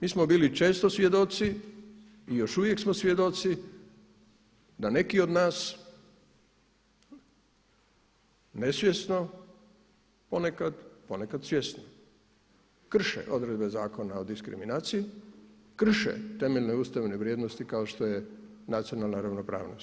Mi smo bili često svjedoci i još uvijek smo svjedoci da neki od nas nesvjesno ponekad, ponekad svjesno krše odredbe Zakona o diskriminaciji, krše temeljne ustavne vrijednosti kao što je nacionalna ravnopravnost.